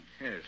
Yes